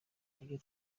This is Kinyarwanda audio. n’ibyo